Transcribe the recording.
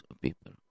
people